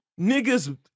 niggas